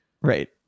right